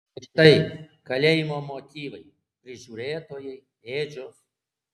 ir štai kalėjimo motyvai prižiūrėtojai ėdžios